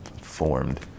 formed